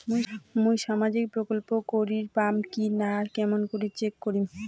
মুই সামাজিক প্রকল্প করির পাম কিনা কেমন করি চেক করিম?